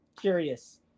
curious